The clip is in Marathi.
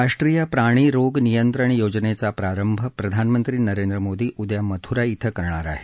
राष्ट्रीय प्राणी रोग नियंत्रण योजनेचा प्रारंभ प्रारंभ प्रधानमंत्री नरेंद्र मोदी उद्या मथुरा शिं करणार आहेत